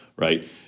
Right